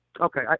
Okay